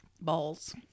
balls